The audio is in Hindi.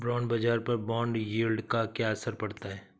बॉन्ड बाजार पर बॉन्ड यील्ड का क्या असर पड़ता है?